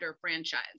franchise